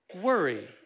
worry